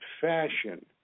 fashion